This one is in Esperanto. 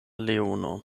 leono